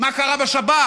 מה קרה בשב"כ,